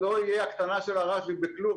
לא תהיה הקטנה של הרעש בכלום,